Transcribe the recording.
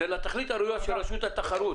זה לתכלית הראויה של רשות התחרות.